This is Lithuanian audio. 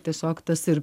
tiesiog tas ir